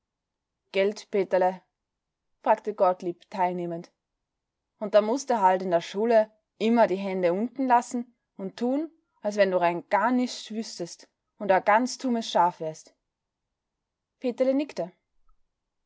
gelt peterle fragte gottlieb teilnehmend und da mußte halt in der schule immer die hände unten lassen und tun als wenn du rein gar nischt wüßtest und a ganz tummes schaf wärst peterle nickte